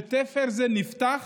ותפר זה נפתח,